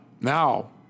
now